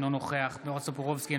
אינו נוכח בועז טופורובסקי,